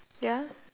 ya